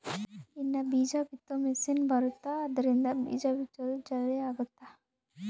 ಇನ್ನ ಬೀಜ ಬಿತ್ತೊ ಮಿಸೆನ್ ಬರುತ್ತ ಆದ್ರಿಂದ ಬೀಜ ಬಿತ್ತೊದು ಜಲ್ದೀ ಅಗುತ್ತ